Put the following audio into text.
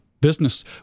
Business